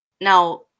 Now